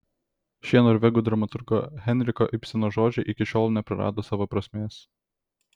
šie norvegų dramaturgo henriko ibseno žodžiai iki šiol neprarado savo prasmės